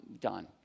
done